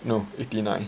no eighty nine